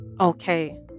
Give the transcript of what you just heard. okay